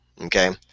okay